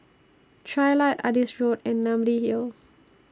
Trilight Adis Road and Namly Hill